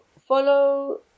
follow